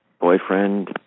boyfriend